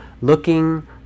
looking